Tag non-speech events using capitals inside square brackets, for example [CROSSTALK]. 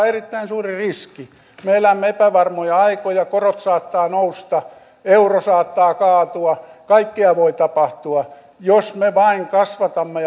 [UNINTELLIGIBLE] erittäin suuri riski me elämme epävarmoja aikoja korot saattavat nousta euro saattaa kaatua kaikkea voi tapahtua jos me vain kasvatamme [UNINTELLIGIBLE]